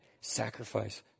sacrifice